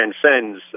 transcends